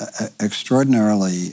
extraordinarily